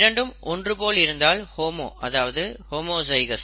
இரண்டும் ஒன்று போல் இருந்தால் ஹோமோ அதாவது ஹோமோஜைகௌஸ்